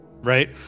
right